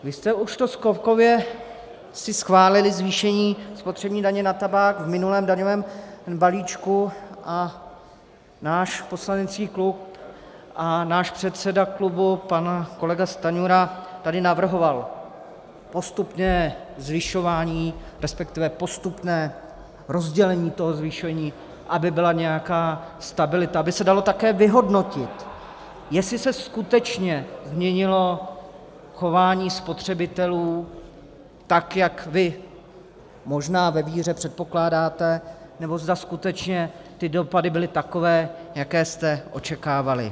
Vy jste si už skokově schválili zvýšení spotřební daně na tabák v minulém daňovém balíčku a náš poslanecký klub a náš předseda klubu pan kolega Stanjura tady navrhoval postupné zvyšování, resp. postupné rozdělení toho zvýšení, aby byla nějaká stabilita, aby se dalo také vyhodnotit, jestli se skutečně změnilo chování spotřebitelů tak, jak vy možná ve víře předpokládáte, nebo zda skutečně ty dopady byly takové, jaké jste očekávali.